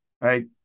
right